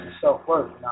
self-worth